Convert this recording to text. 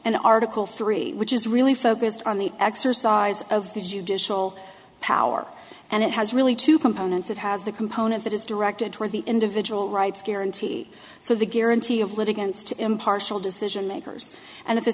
and article three which is really focused on the exercise of the judicial power and it has really two components it has the component that is directed toward the individual rights guarantee so the guarantee of litigants to impartial decision makers and at the